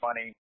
funny